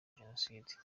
jenoside